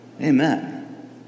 Amen